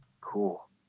Cool